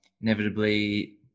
inevitably